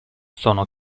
sono